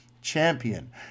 champion